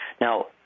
Now